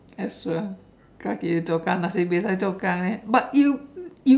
hokkien but you